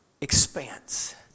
expanse